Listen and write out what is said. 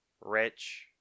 Rich